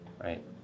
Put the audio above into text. right